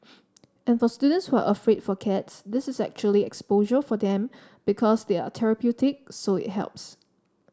and for students who are afraid for cats this is actually exposure for them because they're therapeutic so it helps